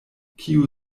kiu